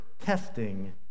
testing